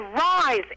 rise